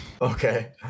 okay